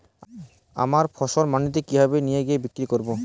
আমার ফসল মান্ডিতে কিভাবে নিয়ে গিয়ে বিক্রি করব?